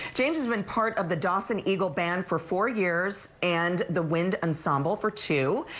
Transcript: james has been part of the dawson eagle band for four years and the wind ensemble for two.